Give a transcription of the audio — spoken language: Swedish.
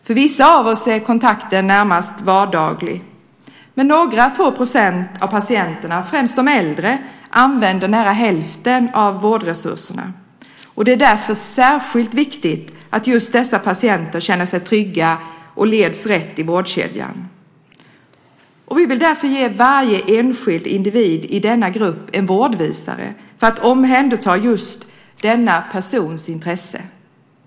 För vissa av oss är kontakten närmast vardaglig, men några få procent av patienterna, främst de äldre, använder nära hälften av vårdresurserna. Därför är det särskilt viktigt att just dessa patienter känner sig trygga och leds rätt i vårdkedjan. Vi vill därför ge varje enskild individ i denna grupp en vårdvisare för att omhänderta just denna persons intressen.